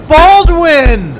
Baldwin